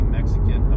Mexican